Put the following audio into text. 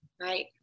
Right